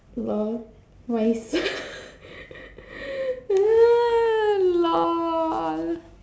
lol but it's lol